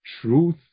truth